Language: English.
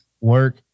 work